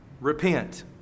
Repent